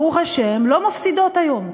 ברוך השם, לא מפסידות היום,